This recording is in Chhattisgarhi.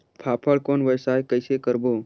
फाफण कौन व्यवसाय कइसे करबो?